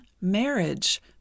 marriage